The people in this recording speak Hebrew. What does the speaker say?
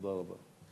תודה רבה.